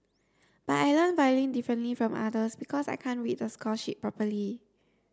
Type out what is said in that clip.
but I learn violin differently from others because I can't read the score sheet properly